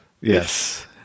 Yes